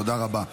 תודה רבה.